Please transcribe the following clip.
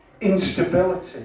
instability